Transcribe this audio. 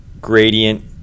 gradient